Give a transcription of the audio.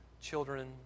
children